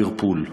הוא ערפול.